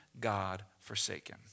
God-forsaken